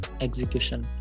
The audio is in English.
execution